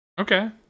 Okay